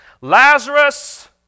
Lazarus